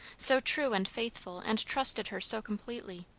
so true and faithful, and trusted her so completely.